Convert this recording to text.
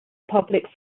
public